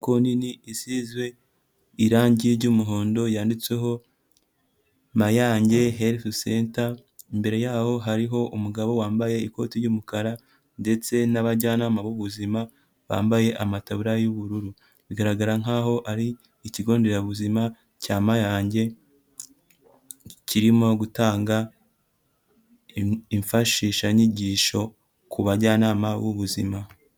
Inyubako nini isize irangi ry'umuhondo yanditseho Mayange herifu senta, imbere yaho hariho umugabo wambaye ikoti ry'umukara ndetse n'abana ama b'ubuzima bambaye amatabura y'ubururu, bigaragara nkaho ari ikigo nderabuzima cya Mayange kirimo gutanga imfashishanyigisho ku bajyanama b'ubuzima.